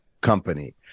company